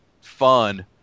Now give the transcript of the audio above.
fun